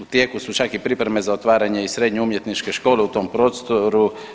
U tijeku su čak i pripreme za otvaranje i Srednje umjetničke škole u tom prostoru.